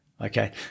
Okay